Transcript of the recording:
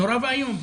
נורא ואיום.